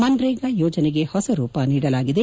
ಮನ್ನೇಗಾ ಯೋಜನೆಗೆ ಹೊಸ ರೂಪ ನೀಡಲಾಗಿದೆ